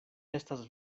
estas